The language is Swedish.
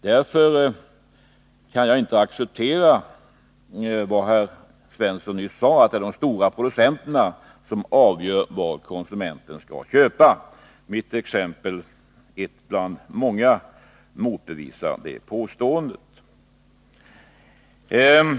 Därför kan jag inte acceptera vad Jörn Svensson nyss sade, att det är de stora producenterna som avgör vad konsumenterna skall köpa. Mitt exempel är ett av många som motbevisar det påståendet.